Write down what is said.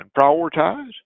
prioritize